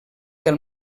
del